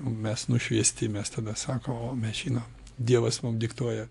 mes nušviesti mes tada sako o mes žinom dievas mum diktuoja